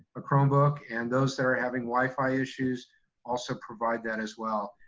a chromebook, and those that are having wifi issues also provide that as well.